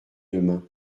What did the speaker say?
demain